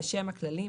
בשם הכללים,